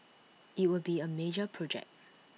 IT will be A major project